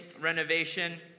renovation